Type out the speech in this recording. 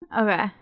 Okay